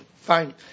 Fine